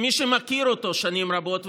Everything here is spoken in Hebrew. מי שמכירים אותו שנים רבות,